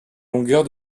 longueur